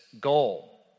goal